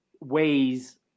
ways